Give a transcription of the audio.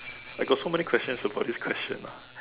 I got so many questions about this question lah